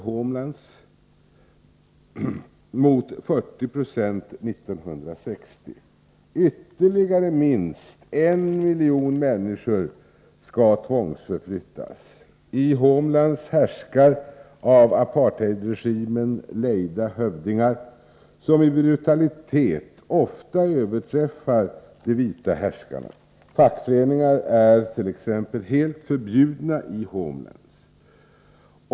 home lands mot 40 96 1960. Ytterligare minst en miljon människor skall tvångsförflyttas. I dessa home lands styr av apartheidregimen lejda hövdingar, som i brutalitet ofta överträffar de vita härskarna. Fackföreningar är t.ex. helt förbjudna i home lands.